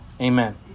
amen